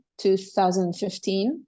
2015